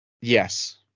Yes